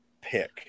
pick